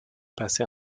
passé